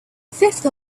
fifth